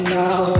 now